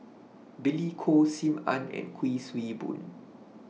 Billy Koh SIM Ann and Kuik Swee Boon